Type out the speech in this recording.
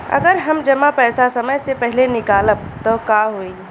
अगर हम जमा पैसा समय से पहिले निकालब त का होई?